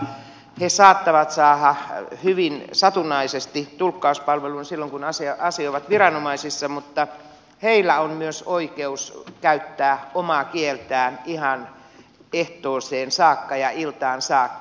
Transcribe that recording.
he saattavat saada hyvin satunnaisesti tulkkauspalvelun silloin kun asioivat viranomaisissa mutta heillä on myös oikeus käyttää omaa kieltään ihan ehtooseen ja iltaan saakka